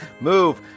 move